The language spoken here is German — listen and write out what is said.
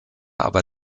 aber